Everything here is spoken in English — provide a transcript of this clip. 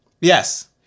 Yes